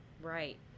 Right